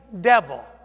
devil